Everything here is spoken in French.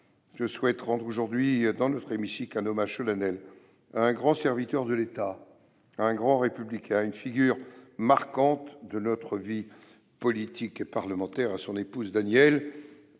je souhaite rendre aujourd'hui un hommage solennel à un grand serviteur de l'État, à un grand républicain, à une figure marquante de notre vie politique et parlementaire. À son épouse Danièle,